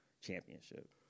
championship